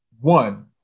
one